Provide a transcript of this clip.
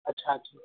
ଆଚ୍ଛା ଆଚ୍ଛା